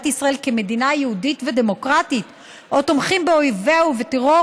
ישראל כמדינה יהודית ודמוקרטית או תומכים באויביה ובטרור,